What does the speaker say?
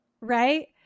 Right